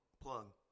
Plug